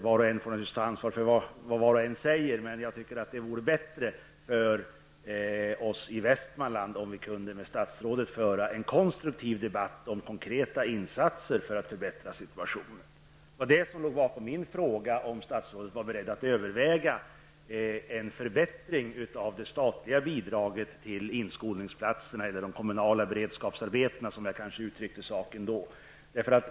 Var och en får naturligtvis ta ansvar för vad var och en säger, men jag tycker att det vore bättre för oss i Västmanland om vi kunde med statsrådet föra en konstruktiv debatt om konkreta insatser för att förbättra situationen. Jag frågade om statsrådet är beredd att överväga en förbättring av statsbidraget till inskolningsplatser inom de kommunala beredskapsarbetena, som jag uttryckte det i frågan.